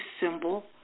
symbol